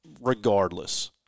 regardless